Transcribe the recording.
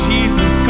Jesus